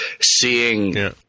seeing